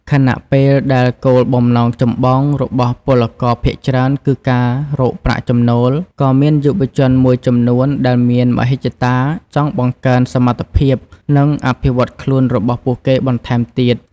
ខណៈពេលដែលគោលបំណងចម្បងរបស់ពលករភាគច្រើនគឺការរកប្រាក់ចំណូល ក៏មានយុវជនមួយចំនួនដែលមានមហិច្ឆតាចង់បង្កើនសមត្ថភាព និងអភិវឌ្ឍខ្លួនរបស់ពួកគេបន្ថែមទៀត។